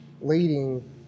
leading